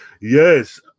Yes